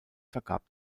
vergab